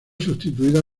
sustituida